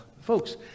folks